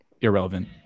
irrelevant